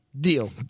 Deal